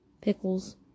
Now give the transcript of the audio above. pickles